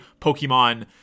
Pokemon